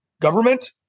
government